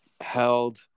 held